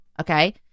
okay